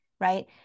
right